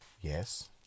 yes